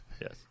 yes